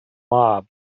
mob